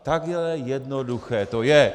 Takhle jednoduché to je.